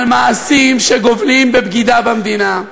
על מעשים שגובלים בבגידה במדינה.